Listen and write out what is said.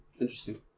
interesting